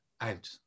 out